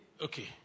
Okay